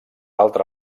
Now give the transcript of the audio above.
altra